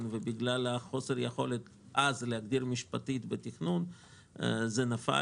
ובגלל חוסר היכולת אז להגדיר משפטית בתכנון זה נפל,